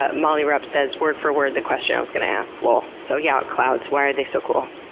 ah molly rupp says word for word the question i was going to ask lol. so yeah, clouds. why are they so cool?